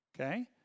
okay